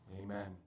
Amen